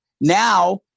Now